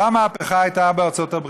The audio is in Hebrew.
אותה מהפכה הייתה בארצות-הברית,